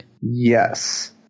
Yes